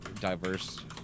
diverse